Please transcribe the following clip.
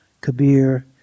Kabir